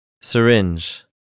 syringe